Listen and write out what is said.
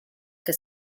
que